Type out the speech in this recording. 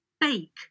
bake